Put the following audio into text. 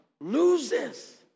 loses